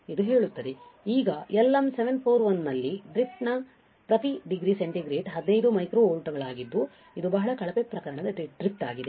ಈಗ LM741 ನಲ್ಲಿ drift ಪ್ರತಿ ಡಿಗ್ರಿ ಸೆಂಟಿಗ್ರೇಡ್ಗೆ 15 ಮೈಕ್ರೋ ವೋಲ್ಟ್ಗಳಾಗಿದ್ದು ಇದು ಬಹಳ ಕಳಪೆ ಪ್ರಕರಣದ ಡ್ರಿಫ್ಟ್ ಆಗಿದೆ